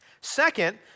Second